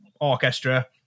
orchestra